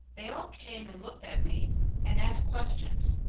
they all came and looked at me and asked questions.